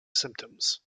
symptoms